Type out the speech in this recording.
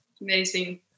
amazing